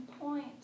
point